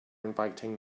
inviting